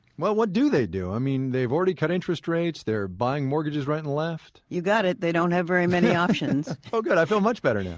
well, what do they do? i mean, they've already cut interest rates, they're buying mortgages right and left you got it. they don't have very many options oh good, i feel much better yeah